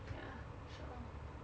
ya sure